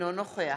אינן נוכח